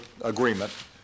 agreement